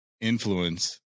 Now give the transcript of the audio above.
influence